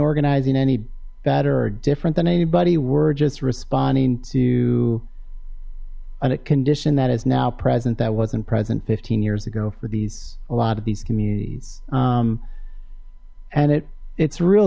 organizing any better or different than anybody were just responding to on a condition that is now present that wasn't present fifteen years ago for these a lot of these communities and it it's real